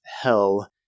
hell